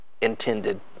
intended